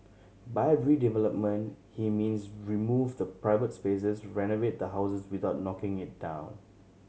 by redevelopment he means remove the private spaces renovate the house without knocking it down